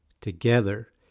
together